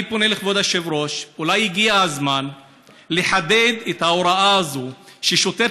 אני פונה לכבוד היושב-ראש: אולי הגיע הזמן לחדד את ההוראה הזאת ששוטר,